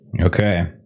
Okay